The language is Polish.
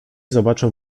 zobaczył